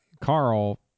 Carl